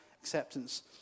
acceptance